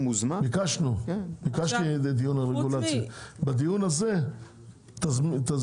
תזמיני גם אותו לדיון הזה,